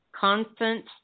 constant